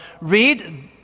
read